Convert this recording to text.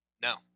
No